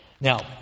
Now